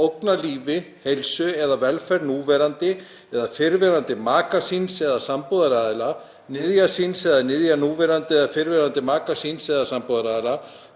ógnar lífi, heilsu eða velferð núverandi eða fyrrverandi maka síns eða sambúðaraðila, niðja síns eða niðja núverandi eða fyrrverandi maka síns eða sambúðaraðila,